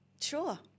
Sure